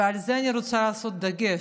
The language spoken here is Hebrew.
ועל זה אני רוצה לשים דגש,